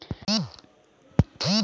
साफ सफाई ना भइले पे दूध खराब हो जाला